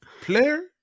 player